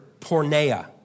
porneia